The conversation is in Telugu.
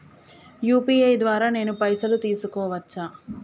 యూ.పీ.ఐ ద్వారా నేను పైసలు తీసుకోవచ్చా?